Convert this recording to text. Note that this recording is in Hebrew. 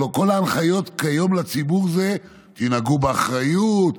כל ההנחיות כיום לציבור הן: תנהגו באחריות,